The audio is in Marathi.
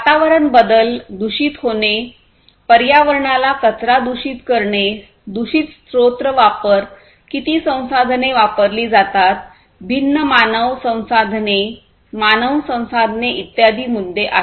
वातावरण बदल दूषित होणे पर्यावरणाला कचरादूषित करणे दूषित स्त्रोत वापर किती संसाधने वापरली जातात भिन्न मानव संसाधने इत्यादी मुद्दे आहेत